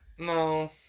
No